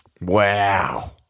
Wow